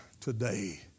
today